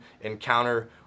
encounter